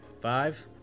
five